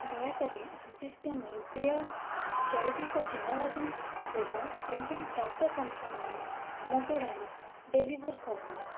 ଦୟାକରି ଆଜି ସୁଦ୍ଧା ନ୍ୟୁଟ୍ରିଅର୍ଗ ଜୈବିକ ଚୀନାବାଦାମ ତେଲ ଏବଂ ଟାଟା ସମ୍ପନ୍ନ ମୁଗ ଡାଲି ଡେଲିଭର୍ କରନ୍ତୁ